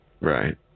Right